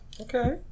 Okay